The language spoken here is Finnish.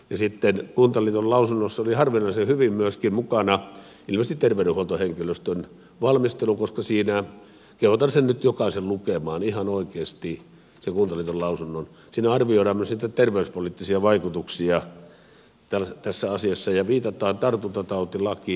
sitten kuntaliiton lausunnossa oli harvinaisen hyvin myöskin mukana ilmeisesti terveydenhuoltohenkilöstön valmistelu koska siinä kehotan nyt jokaista lukemaan ihan oikeasti sen kuntaliiton lausunnon arvioidaan myös näitä terveyspoliittisia vaikutuksia tässä asiassa ja viitataan tartuntatautilakiin